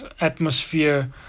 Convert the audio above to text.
atmosphere